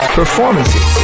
performances